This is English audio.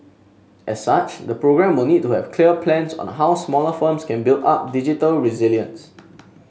as such the programme will need to have clear plans on the how smaller firms can build up digital resilience